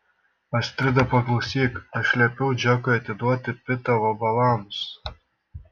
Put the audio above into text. astrida paklausyk aš liepiau džekui atiduoti pitą vabalams